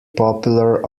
popular